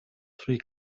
three